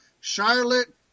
Charlotte